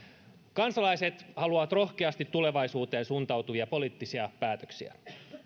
kansalaiset haluavat rohkeasti tulevaisuuteen suuntautuvia poliittisia päätöksiä